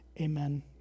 Amen